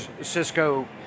Cisco